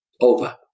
over